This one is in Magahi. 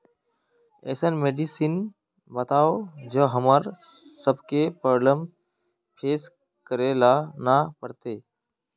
ऐसन मेडिसिन बताओ जो हम्मर सबके प्रॉब्लम फेस करे ला ना पड़ते?